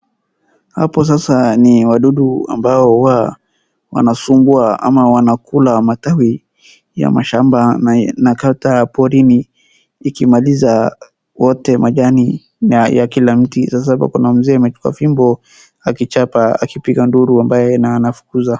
Hapo sasa ni wadudu wanaosumbua ama wanakula matawi ya mashamba na kata ya porini ikimaliza yote majani na ya kila mti. Kuna mzee ametupa fimbo akichapa na anapiga nduru ambaye na anafukuza.